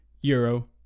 euro